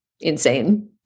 insane